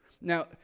now